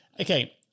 Okay